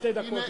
שתי דקות.